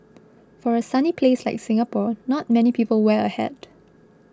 for a sunny place like Singapore not many people wear a hat